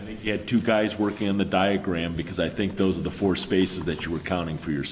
and he had two guys working on the diagram because i think those are the four species that you were counting for your